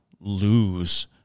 lose